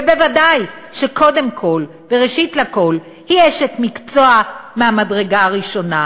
ובוודאי שקודם כול וראשית לכול היא אשת מקצוע מהמדרגה הראשונה.